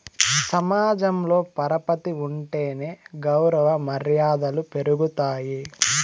సమాజంలో పరపతి ఉంటేనే గౌరవ మర్యాదలు పెరుగుతాయి